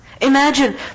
Imagine